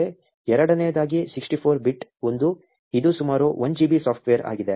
ಎರಡನೆಯದಾಗಿ 64 ಬಿಟ್ ಒಂದು ಇದು ಸುಮಾರು 1 GB ಸಾಫ್ಟ್ವೇರ್ ಆಗಿದೆ